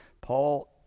Paul